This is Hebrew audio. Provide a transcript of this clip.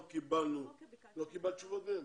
לא קיבלנו תשובות מהם.